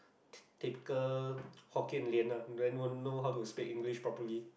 typical hokkien lian then won't know how to speak English properly